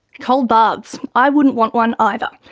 cold baths? i wouldn't want one either.